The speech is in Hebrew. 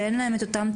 שאין להן תקציבים,